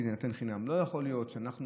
שזה יינתן חינם: לא יכול להיות שאנחנו